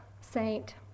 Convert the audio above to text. saint